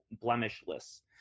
blemishless